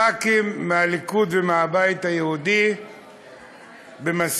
חברי הכנסת מהליכוד ומהבית היהודי במשא-ומתן,